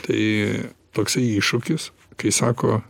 tai toksai iššūkis kai sako